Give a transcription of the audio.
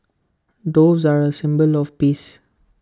doves are A symbol of peace